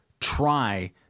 try